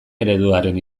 ereduren